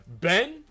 Ben